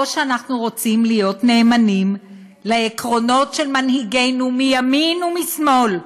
או שאנחנו רוצים להיות נאמנים לעקרונות של מנהיגינו מימין ומשמאל,